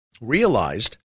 realized